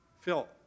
Phil